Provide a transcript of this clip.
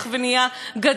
וכל חוק